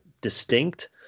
distinct